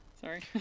Sorry